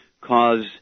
cause